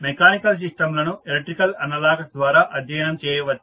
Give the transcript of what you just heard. mechanical సిస్టంలను electrical analogous ద్వారా అధ్యయనం చేయవచ్చు